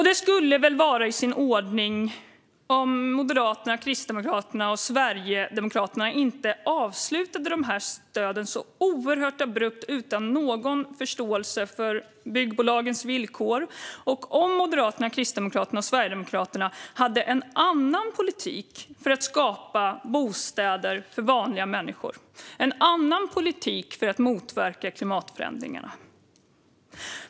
Det skulle väl vara i sin ordning om Moderaterna, Kristdemokraterna och Sverigedemokraterna inte avslutade dessa stöd så oerhört abrupt utan någon förståelse för byggbolagens villkor och om Moderaterna, Kristdemokraterna och Sverigedemokraterna hade en annan politik för att skapa bostäder för vanliga människor och en annan politik för att motverka klimatförändringarna.